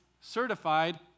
certified